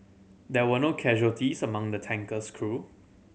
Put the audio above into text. there were no casualties among the tanker's crew